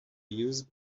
used